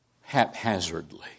haphazardly